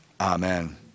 Amen